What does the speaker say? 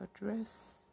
address